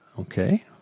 Okay